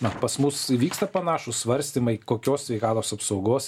na pas mus vyksta panašūs svarstymai kokios sveikatos apsaugos